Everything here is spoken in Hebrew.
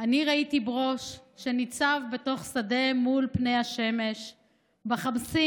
"ואני ראיתי ברוש / שניצב בתוך שדה מול פני השמש / בחמסין,